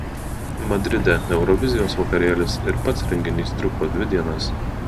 madride eurovizijos vakarėlis ir pats renginys truko dvi dienas